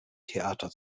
theater